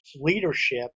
leadership